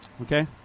Okay